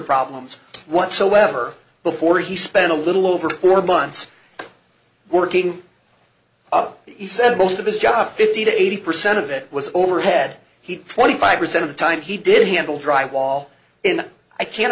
problems whatsoever before he spent a little over four months working up he said most of his job fifty to eighty percent of it was over head heat forty five percent of the time he did handle dry wall in i can't